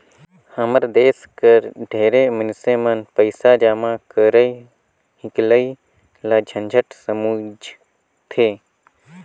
हमर देस कर ढेरे मइनसे मन पइसा जमा करई हिंकलई ल झंझट समुझथें